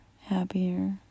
happier